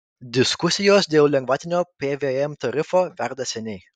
diskusijos dėl lengvatinio pvm tarifo verda seniai